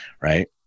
right